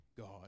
God